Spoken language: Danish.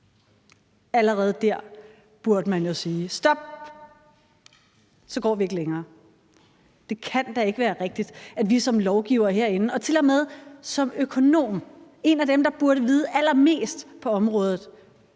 Allerede der burde man jo sige: Stop, så går vi ikke længere. Det kan da ikke være rigtigt, at vi som lovgivere herinde, og når man tilmed er økonom, altså en af dem, der burde vide allermest på området,